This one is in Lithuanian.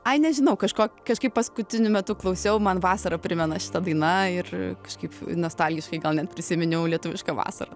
ai nežinau kažko kažkaip paskutiniu metu klausiau man vasarą primena šita daina ir kaip nostalgiškai gal net prisiminiau lietuvišką vasarą